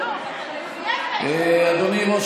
אדוני ראש